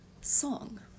song